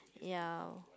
ya